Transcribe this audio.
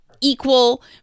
equal